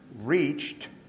reached